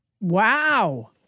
wow